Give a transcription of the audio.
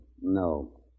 No